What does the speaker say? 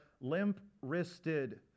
limp-wristed